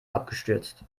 abgestürzt